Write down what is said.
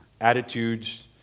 attitudes